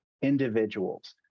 individuals